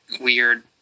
weird